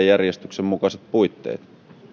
järjestyksen mukaiset puitteet